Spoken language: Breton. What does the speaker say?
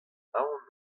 aon